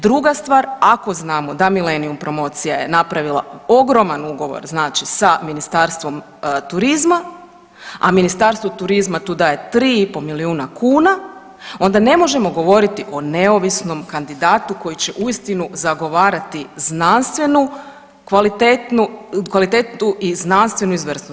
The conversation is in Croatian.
Druga stvar, ako znamo da Millenium promocija je napravila ogroman ugovor znači sa Ministarstvom turizma, a Ministarstvo turizma tu daje 3,5 milijuna kuna onda ne možemo govoriti o neovisnom kandidatu koji će uistinu zagovarati znanstvenu kvalitetu i znanstvenu izvrsnost.